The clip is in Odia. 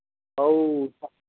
ହଉ